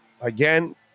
again